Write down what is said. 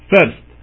First